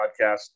podcast